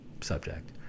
subject